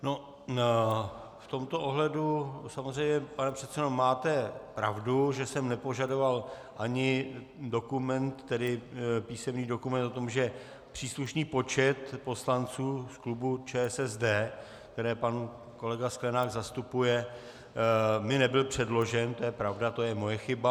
No, v tomto ohledu samozřejmě, pane předsedo, máte pravdu, že jsem nepožadoval ani dokument, tedy písemný dokument o tom, že příslušný počet poslanců z klubu ČSSD, které pan kolega Sklenák zastupuje, mi nebyl předložen, to je pravda, to je moje chyba.